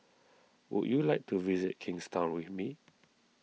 would you like to visit Kingstown with me